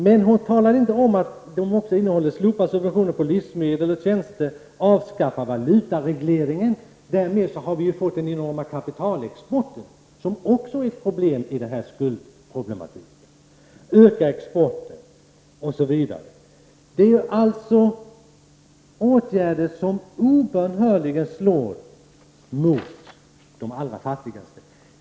Hon talade emellertid inte om att de också innehåller att man skall slopa subventionerna på livsmedel och tjänster, avskaffa valutaregleringen — därmed får man en enorm kapitalexport, som också är ett problem i denna skuldproblematik —, ökad export osv. Det är således åtgärder som obönhörligen slår mot de allra fattigaste.